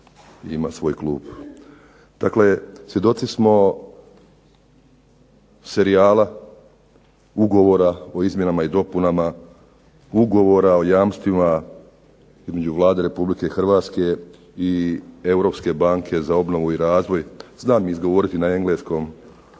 ima svoj klub. Dakle, svjedoci smo serijala ugovora o izmjenama i dopunama ugovora o jamstvima između Vlade Republike Hrvatske i Europske banke za obnovu i razvoj. znam izgovoriti na engleskom